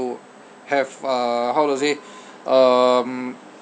to have uh how to say um